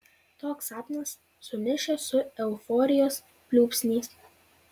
toks sapnas sumišęs su euforijos pliūpsniais